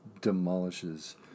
demolishes